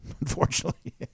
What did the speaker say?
unfortunately